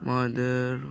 Mother